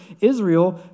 Israel